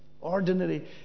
ordinary